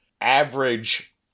average